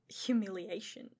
humiliation